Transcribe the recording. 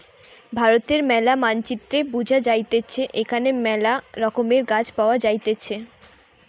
ভারতের ম্যালা মানচিত্রে বুঝা যাইতেছে এখানে মেলা রকমের গাছ পাওয়া যাইতেছে